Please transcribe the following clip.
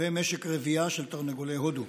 ומשק רבייה של תרנגולי הודו.